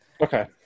Okay